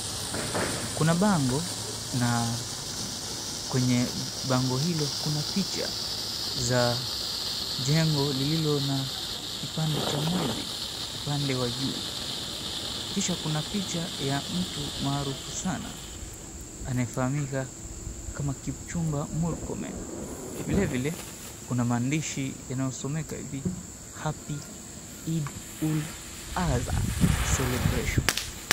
Kuna bango na kwenye bango hilo kuna picha za jengo lililo na kipande cha mwezi upande wa juu. Kisha kuna picha ya mtu maarufu saana anayefahamika kama Kipchumba Murkomen. Vile vile kuna maandishi yanayosomeka hivi happy Idd-Ul-Azha Celebration.